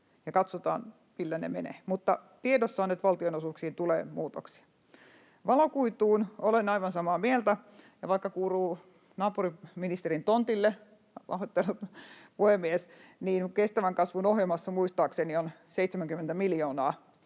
katsotaan, millä ne menevät. Mutta tiedossa on, että valtionosuuksiin tulee muutoksia. Valokuituun: Olen aivan samaa mieltä, ja vaikka asia kuuluu naapuriministerin tontille [Puhuja naurahtaa] — pahoittelut, puhemies — niin kestävän kasvun ohjelmassa muistaakseni on 70 miljoonaa